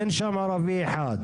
אין שם ערבי אחד.